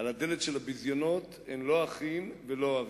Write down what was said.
על הדלת של הביזיונות אין לא אחים ולא אוהבים.